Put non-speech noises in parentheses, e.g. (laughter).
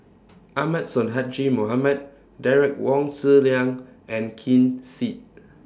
(noise) Ahmad Sonhadji Mohamad Derek Wong Zi Liang and Ken Seet